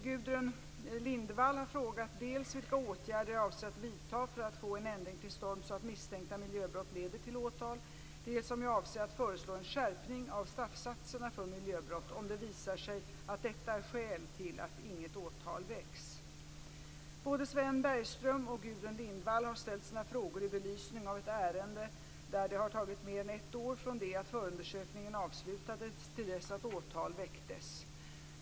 Gudrun Lindvall har frågat dels vilka åtgärder jag avser att vidta för att få en ändring till stånd så att misstänkta miljöbrott leder till åtal, dels om jag avser att föreslå en skärpning av straffsatserna för miljöbrott om det visar sig att detta är skäl till att inget åtal väcks. Både Sven Bergström och Gudrun Lindvall har ställt sina frågor i belysning av ett ärende där det har tagit mer än ett år från det att förundersökningen avslutades till dess att åtal väcktes.